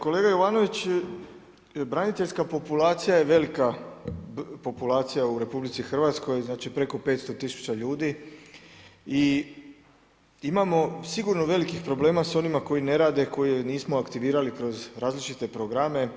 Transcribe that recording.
Kolega Jovanović, braniteljska populacija je velika populacija u RH, znači preko 500 tisuća ljudi i imamo sigurno velikih problema s onima koji ne rade, koje nismo aktivirali kroz različite programe.